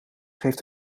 geeft